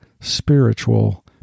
spiritual